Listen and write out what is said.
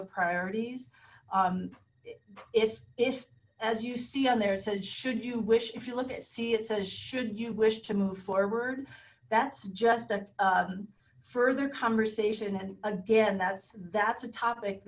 of priorities if if as you see on there it says should you wish if you look at see it says should you wish to move forward that's just a further conversation and again that's that's a topic